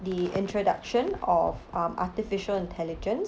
the introduction of um artificial intelligence